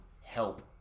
help